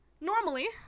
normally